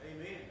Amen